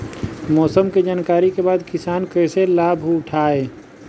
मौसम के जानकरी के बाद किसान कैसे लाभ उठाएं?